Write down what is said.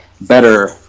better